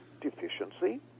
Deficiency